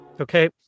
Okay